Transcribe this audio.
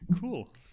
cool